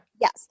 yes